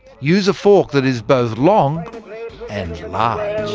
use a fork that is both long and large